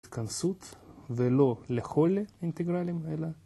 ‫התכנסות, ולא לכל אינטגרלים, אלא...